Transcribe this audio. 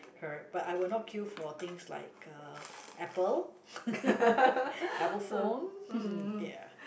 correct but I will not queue for things like uh Apple Apple phone ya